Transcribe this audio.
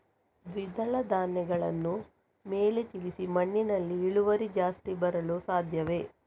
ದ್ವಿದಳ ಧ್ಯಾನಗಳನ್ನು ಮೇಲೆ ತಿಳಿಸಿ ಮಣ್ಣಿನಲ್ಲಿ ಇಳುವರಿ ಜಾಸ್ತಿ ಬರಲು ಸಾಧ್ಯವೇ?